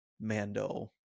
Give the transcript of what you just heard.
Mando